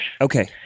Okay